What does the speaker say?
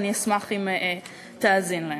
ואני אשמח אם תאזין להן.